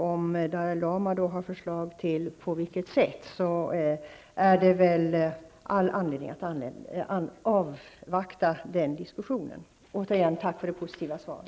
Om Dalai Lama har förslag om på vilket sätt det kan ske, finns det väl all anledning att avvakta diskussionen. Jag tackar återigen för det positiva svaret.